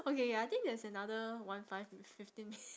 okay ya I think there's another one five fifteen m~